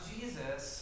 Jesus